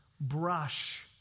brush